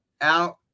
out